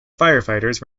firefighters